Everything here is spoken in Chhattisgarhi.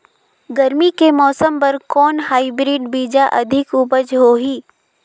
गरमी के मौसम बर कौन हाईब्रिड बीजा अधिक उपज होही?